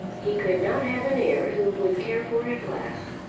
he could not have an heir who would care for it less.